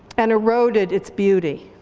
and eroded its beauty.